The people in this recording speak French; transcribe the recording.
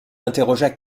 interrogea